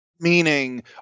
Meaning